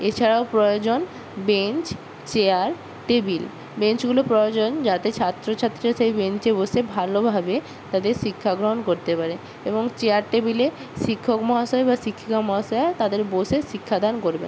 এছাড়াও প্রয়োজন bench chair table বেঞ্চগুলো প্রয়োজন যাতে ছাত্র ছাত্রীরা সেই বেঞ্চে বসে ভালোভাবে তাদের শিক্ষাগ্রহণ করতে পারে এবং চেয়ার টেবিলে শিক্ষক মহাশয় বা শিক্ষিকা মহাশয়া তাদের বসে শিক্ষাদান করবেন